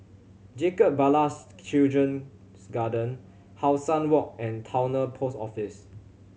Jacob Ballas Children's Garden How Sun Walk and Towner Post Office